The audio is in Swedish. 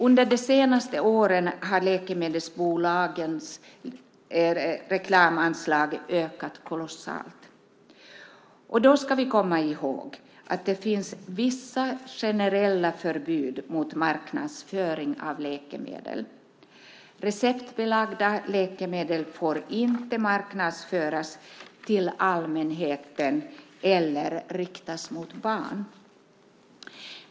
Under de senaste åren har läkemedelsbolagens reklamanslag ökat kolossalt. Då ska vi komma ihåg att det finns vissa generella förbud mot marknadsföring av läkemedel. Receptbelagda läkemedel får inte marknadsföras till allmänheten, och reklam får inte riktas mot barn.